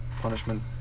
punishment